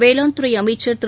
வேளாண் துறைஅமைச்சா் திரு